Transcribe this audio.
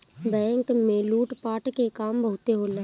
bank में लूट पाट के काम बहुते होला